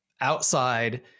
outside